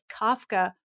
Kafka